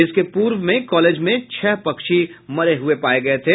इसके पूर्व में कॉलेज में छह पक्षी मरे हुए पाये गये थे